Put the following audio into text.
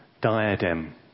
diadem